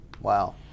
Wow